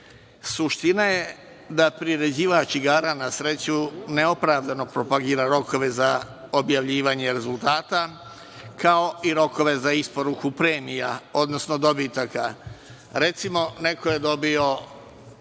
Suština je da priređivač igara na sreću neopravdano propagira rokove za objavljivanje rezultata, kao i rokove za isporuku premija, odnosno dobitaka. Recimo, neko je dobio